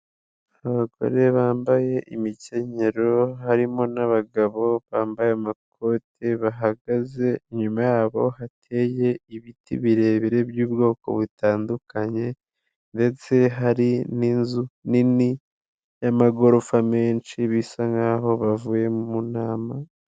Abagore bambaye imikenyero harimo n'abagabo bambaye amakoti bahagaze, inyuma yabo hateye ibiti birebire by'ubwoko butandukanye ndetse hari n'inzu nini y'amagorofa menshi, bisa nk'aho bavuye mu nama.